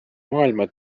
maailma